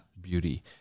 beauty